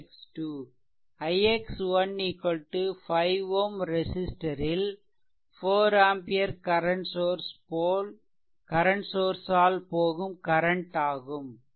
ix ' 5 Ω ரெசிஸ்ட்டரில் 4 ampere current source ஆல் போகும் கரன்ட் ஆகும்